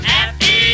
Happy